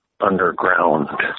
underground